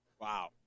Wow